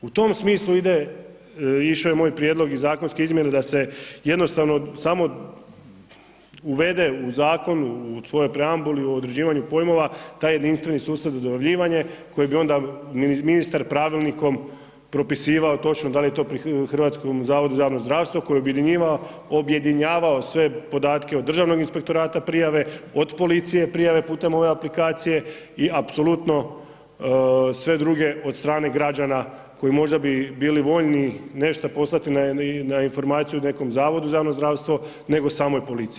U tom smislu ide, išo je moj prijedlog i zakonske izmjene da se jednostavno samo uvede u zakon u svojoj preaumbuli, u određivanju pojmova taj jedinstveni sustav za dojavljivanje koji bi onda ministar pravilnikom propisivao točno da li je to pri HZZJ koje bi objedinjavao sve podatke od Državnog inspektorata prijave, od policije prijave putem ove aplikacije i apsolutno sve drugo od strane građana koji možda bi bili voljni nešto poslati na informaciju nekom Zavodu za javno zdravstvo nego samoj policiji.